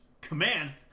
Command